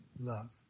love